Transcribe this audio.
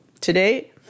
today